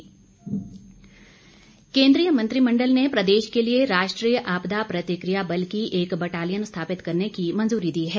आपदा केंद्रीय मंत्रिमण्डल ने प्रदेश के लिए राष्ट्रीय आपदा प्रतिक्रिया बल की एक बटालियन स्थापित करने की मंजूरी दी है